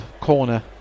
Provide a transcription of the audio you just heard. corner